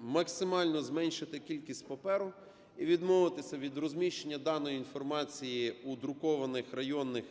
максимально зменшити кількість паперу і відмовитися від розміщення даної інформації у друкованих районних…